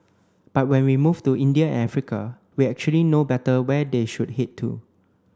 but when we move to India and Africa we actually know better where they should head to